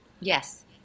Yes